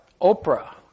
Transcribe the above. Oprah